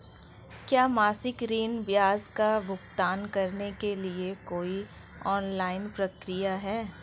क्या मासिक ऋण ब्याज का भुगतान करने के लिए कोई ऑनलाइन प्रक्रिया है?